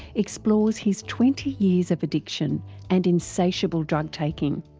explores his twenty years of addiction and insatiable drug taking.